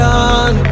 on